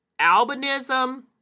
albinism